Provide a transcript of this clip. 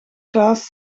klaas